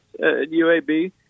UAB